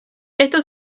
esto